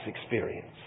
experience